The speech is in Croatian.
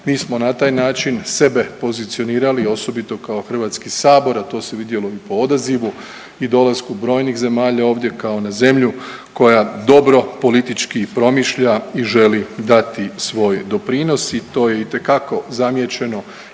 Mi smo na taj način sebe pozicionirali, osobito kao HS, a to se vidjelo i po odazivu i dolasku brojnih zemalja ovdje kao na zemlju koja dobro politički promišlja i želi dati svoj doprinos i to je itekako zamijećeno